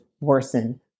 worsen